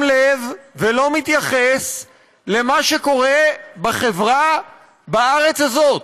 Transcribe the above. לב ולא מתייחס למה שקורה בחברה בארץ הזאת.